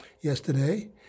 yesterday